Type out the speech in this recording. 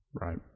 Right